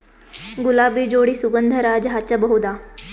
ಗುಲಾಬಿ ಜೋಡಿ ಸುಗಂಧರಾಜ ಹಚ್ಬಬಹುದ?